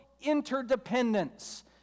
interdependence